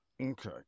Okay